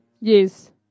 Yes